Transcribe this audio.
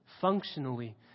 functionally